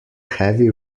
heavy